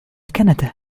كندا